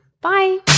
bye